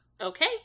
Okay